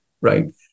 Right